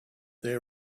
they